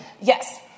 Yes